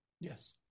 yes